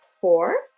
four